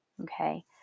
Okay